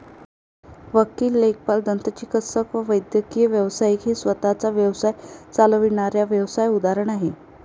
वकील, लेखापाल, दंतचिकित्सक व वैद्यकीय व्यावसायिक ही स्वतः चा व्यवसाय चालविणाऱ्या व्यावसाय उदाहरण आहे